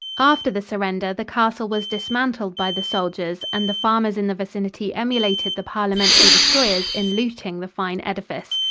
after the surrender the castle was dismantled by the soldiers, and the farmers in the vicinity emulated the parliamentary destroyers in looting the fine edifice.